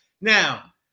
Now